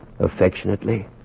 Affectionately